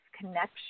connection